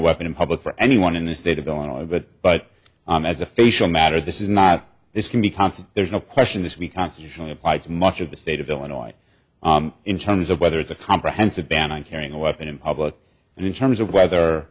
weapon in public for anyone in the state of illinois but but as a facial matter this is not this can be constant there's no question this week constitutionally apply to much of the state of illinois in terms of whether it's a comprehensive ban on carrying a weapon in public and in terms of whether